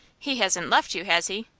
he hasn't left you, has he?